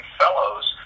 fellows